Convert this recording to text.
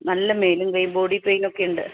നല്ല മേലും കയ്യും ബോഡി പെയ്നൊക്കെ ഉണ്ട്